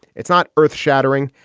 it's not earth shattering.